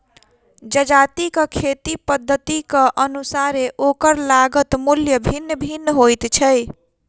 जजातिक खेती पद्धतिक अनुसारेँ ओकर लागत मूल्य भिन्न भिन्न होइत छै